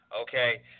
okay